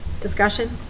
Discussion